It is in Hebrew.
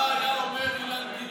מה היה אומר אילן גילאון?